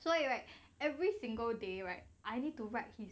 所以 like every single day right I need to write his